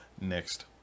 next